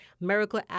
Miracle